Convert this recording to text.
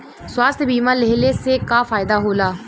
स्वास्थ्य बीमा लेहले से का फायदा होला?